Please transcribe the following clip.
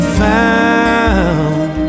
found